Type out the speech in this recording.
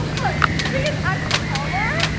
look, the thing is i'm taller.